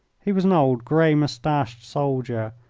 he was an old, grey-moustached soldier,